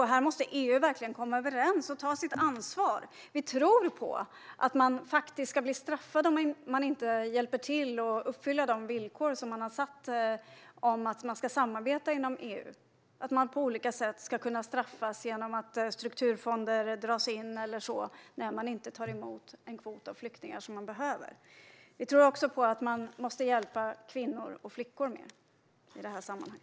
Men här måste EU verkligen komma överens och ta sitt ansvar. Vi tror på att man faktiskt på olika sätt ska kunna straffas om man inte hjälper till att uppfylla de villkor som satts upp för samarbetet inom EU, till exempel genom att strukturfonder dras in om man inte tar emot en viss kvot av flyktingar. Vi tror också på att vi måste hjälpa kvinnor och flickor mer i detta sammanhang.